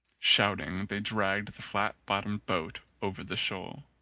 shouting they dragged the flat-bottomed boat over the shoal.